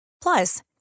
Plus